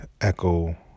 echo